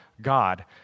God